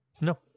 No